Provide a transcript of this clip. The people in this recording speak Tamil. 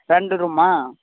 ஃப்ரெண்டு ரூமா